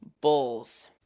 Bulls